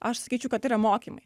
aš sakyčiau kad tai yra mokymai